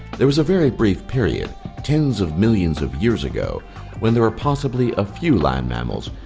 there was a very brief period tens of millions of years ago when there were possibly a few land mammals,